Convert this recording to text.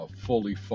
fully